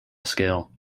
scale